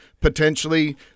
potentially